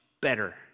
better